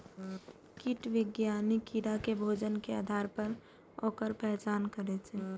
कीट विज्ञानी कीड़ा के भोजन के आधार पर ओकर पहचान करै छै